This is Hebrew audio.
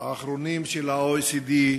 האחרונים של ה-OECD,